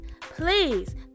please